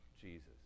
Jesus